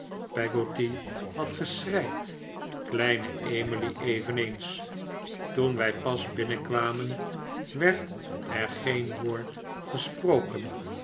peggotty had geschreid kleine emily eveneens toen wij pas binnenkwamen werd er geen woord gesproken